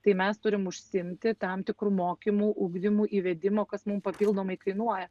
tai mes turim užsiimti tam tikru mokymu ugdymu įvedimo kas mum papildomai kainuoja